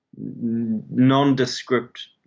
nondescript